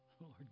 Lord